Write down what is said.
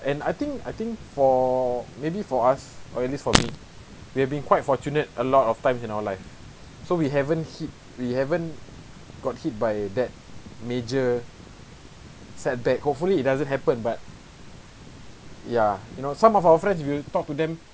and I think I think for maybe for us or at least for me we have been quite fortunate a lot of times in our life so we haven't hit we haven't got hit a bad that major setback hopefully it doesn't happen but ya you know some of our friends you talk to them